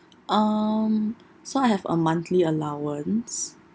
um so I have a monthly allowance